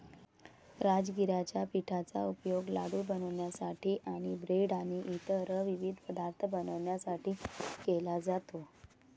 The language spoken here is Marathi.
राजगिराच्या पिठाचा उपयोग लाडू बनवण्यासाठी आणि ब्रेड आणि इतर विविध पदार्थ बनवण्यासाठी केला जातो